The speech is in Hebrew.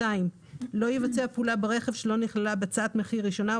לא יבצע פעולה ברכב שלא נכללה בהצעת מחיר ראשונה או